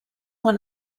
won